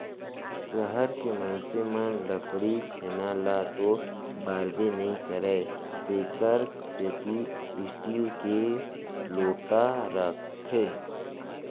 सहर के मनसे मन लकरी छेना ल तो बारबे नइ करयँ तेकर सेती स्टील के लोटा राखथें